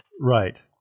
Right